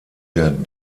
der